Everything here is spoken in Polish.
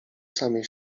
samej